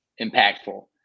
impactful